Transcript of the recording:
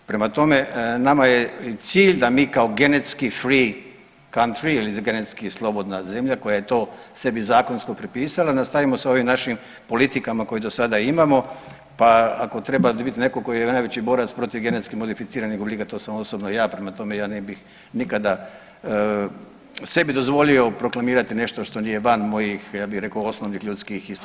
Prema tome, nama je cilj da mi kao genetski free cantry ili genetski slobodna zemlja koja je to sebi zakonsko prepisala, nastavio s ovim našim politikama koje do sada imamo, pa ako treba biti neko ko je najveći borac protiv genetski modificiranih oblika to sam osobno ja, prema tome ja ne bih nikada sebi dozvolio proklamirati nešto što nije van mojih ja bi rekao osnovnih ljudskih i stručnih načela.